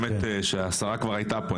האמת שהשרה כבר הייתה פה.